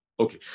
Okay